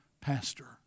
pastor